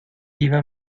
iba